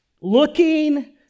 looking